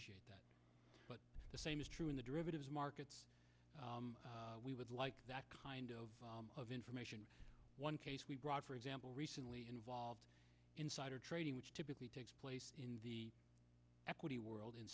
that but the same is true in the derivatives markets we would like that kind of of information one case we brought for example recently involves insider trading which typically takes place in the equity world in